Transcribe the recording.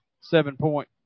seven-point